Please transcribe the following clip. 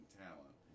talent